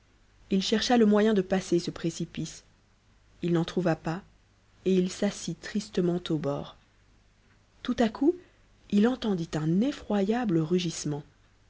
il chercha le moyen de passer ce précipice il n'en trouva pas et il s'assit tristement au bord tout à coup il entendit un effroyable rugissement